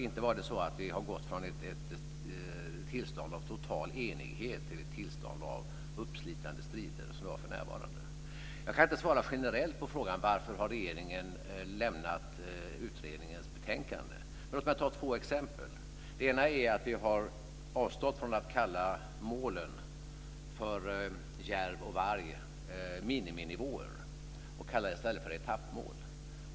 Inte har vi gått från ett tillstånd av total enighet till ett tillstånd av uppslitande strider för närvarande. Jag kan inte svara generellt på frågan varför regeringen har lämnat utredningens betänkande. Låt mig ta två exempel. Vi har avstått från att kalla målen för järv och varg miniminivåer och kallar dem i stället för etappmål.